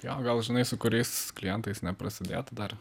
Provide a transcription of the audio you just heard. jo gal žinai su kuris klientais neprasidėt dar